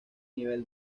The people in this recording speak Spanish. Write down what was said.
nivel